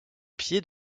pieds